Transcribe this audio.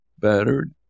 battered